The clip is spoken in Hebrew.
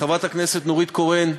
חברת הכנסת נורית קורן,